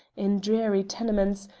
in dreary tenements,